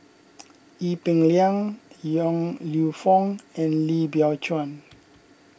Ee Peng Liang Yong Lew Foong and Lim Biow Chuan